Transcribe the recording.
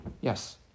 Yes